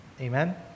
Amen